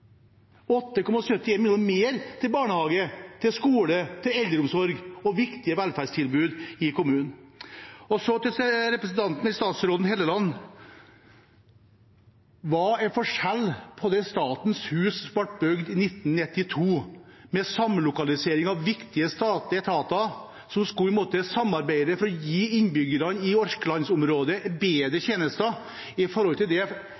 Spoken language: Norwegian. til barnehage, til skole, til eldreomsorg og til viktige velferdstilbud i kommunen. Til statsråd Hofstad Helleland: Statens hus ble bygd i 1992, med samlokalisering av viktige statlige etater som skulle samarbeide for å gi innbyggerne i Orklands-området bedre tjenester. Hva er forskjellen på det